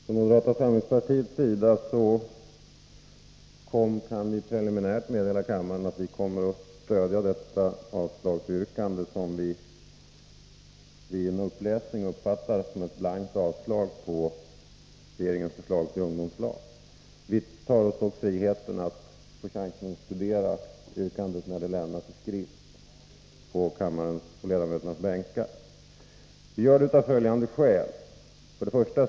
Herr talman! Från moderata samlingspartiets sida kan vi preliminärt meddela att vi kommer att stödja det avslagsyrkande som vi vid uppläsningen nyss uppfattade som ett blankt avslag på regeringens förslag om ungdomslag. Vi tar oss dock friheten att studera yrkandet när det lämnas i skrift på ledamöternas bänkar. Vi stödjer avslagsyrkandet av följande skäl.